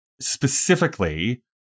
Specifically